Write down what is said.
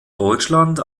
deutschland